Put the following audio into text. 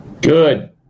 Good